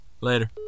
Later